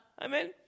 Amen